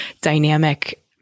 dynamic